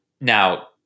Now